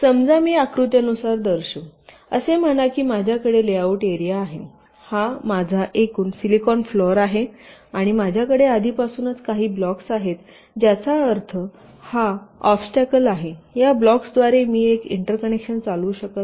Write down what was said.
समजा मी आकृत्यानुसार दर्शवू असे म्हणा की माझ्याकडे लेआउट एरिया आहे हा माझा एकूण सिलिकॉन फ्लोर आहे आणि माझ्याकडे आधीपासूनच काही ब्लॉक्स आहेत ज्याचा अर्थ हा ऑब्स्टॅकल आहे या ब्लॉक्सद्वारे मी एक इंटरकनेक्शन चालवू शकत नाही